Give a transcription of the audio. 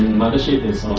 mothership is